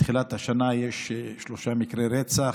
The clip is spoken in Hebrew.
מתחילת השנה יש שלושה מקרי רצח.